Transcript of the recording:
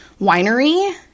winery